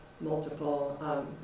multiple